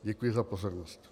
Děkuji za pozornost.